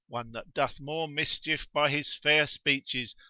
one that doth more mischief by his fair speeches,